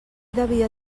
devia